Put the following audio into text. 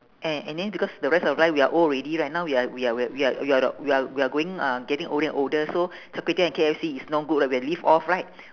eh and then because the rest of our life we are old already right now we are we are we are we are we are we are going uh getting older and older so char-kway-teow and K_F_C is no good lah we have to live off right